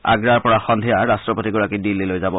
আগ্গাৰ পৰা সঙ্ধিয়া ৰট্টপতিগৰাকী দিল্লীলৈ যাব